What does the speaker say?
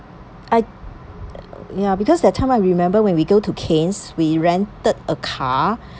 I ya because that time I remembered when we went to cairns we rented a car